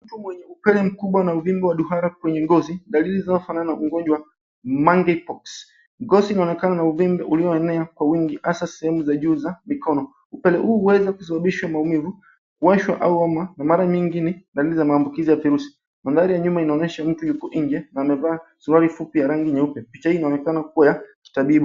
Mtu mwenye upele mkubwa na uvimbe wa duara kwenye ngozi, dalili zinazifanana na ugonjwa mandipose . Ngozi inaonekana ina uvimbe ulioenea kwa wingi hasa sehemu za juu za mikono. Upele huu unaweza kusababisha maumivu, kuwashwa au homa na mara mingi ni dalili za maambukizi ya virusi. Mandhari ya nyuma inaonyesha mtu yuko nje na amevaa suruali fupi ya rangi nyeupe. Picha hii inaonekana kuwa ya kitabibu.